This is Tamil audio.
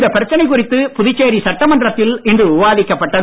இந்த பிரச்சினை குறித்து புதுச்சேரி சட்டமன்றத்தில் இன்று விவாதிக்கப்பட்டது